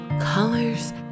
colors